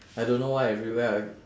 I don't know why everywhere I